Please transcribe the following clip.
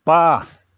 बा